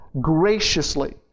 graciously